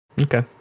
Okay